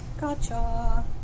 Gotcha